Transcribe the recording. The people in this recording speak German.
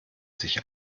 sich